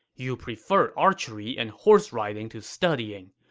you prefer archery and horse-riding to studying.